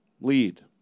Lead